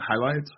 highlights